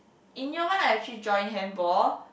in year one I actually joined handball